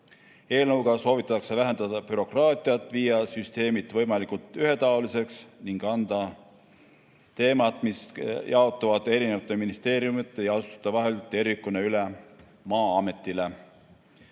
Eelnõuga soovitakse vähendada bürokraatiat, viia süsteemid võimalikult ühetaoliseks ning anda teemad, mis jaotuvad erinevate ministeeriumide ja [muude] asutuste vahel, tervikuna üle Maa-ametile.